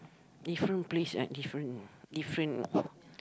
different place like different different